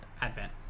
Advent